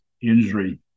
injury